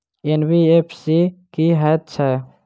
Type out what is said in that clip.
NBFC की हएत छै?